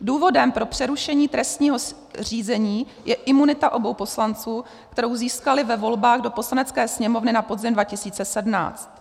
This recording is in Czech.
Důvodem pro přerušení trestního řízení je imunita obou poslanců, kterou získali ve volbách do Poslanecké sněmovny na podzim 2017.